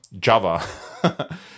Java